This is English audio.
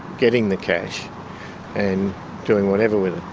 getting the cash and doing whatever with it.